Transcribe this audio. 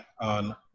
on